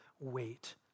wait